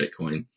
Bitcoin